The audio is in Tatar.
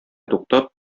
туктап